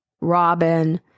Robin